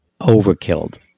overkilled